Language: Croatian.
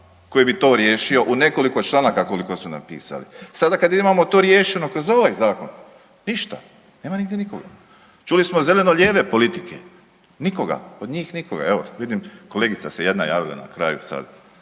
koji bi to riješio u nekoliko članaka koliko su napisali. Sada kada imamo to riješeno kroz ovaj zakon ništa, nema nigdje nikoga. Čuli smo zeleno-lijeve politike, nikoga, od njih nikoga, evo vidim kolegica se jedna javila na kraju sad,